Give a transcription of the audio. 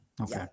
okay